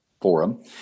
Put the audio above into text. forum